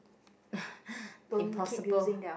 impossible